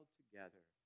together